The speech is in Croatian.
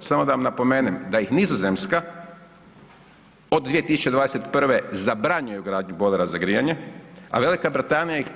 Samo da vam napomenem da ih Nizozemska od 2021. zabranjuje ugradnju bojlera za grijanje, a Velika Britanija ih